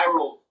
viral